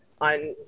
on